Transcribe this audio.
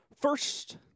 first